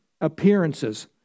appearances